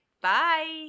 Bye